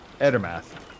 Edermath